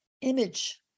image